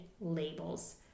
labels